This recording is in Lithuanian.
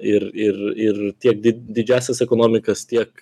ir ir ir tiek did didžiąsias ekonomikas tiek